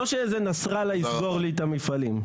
לא שאיזה נסראללה יסגור לי את המפעלים.